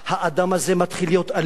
האדם הזה מתחיל להיות אלים,